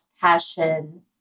passion